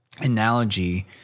analogy